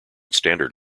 standard